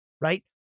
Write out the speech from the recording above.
right